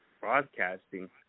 broadcasting